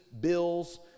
bills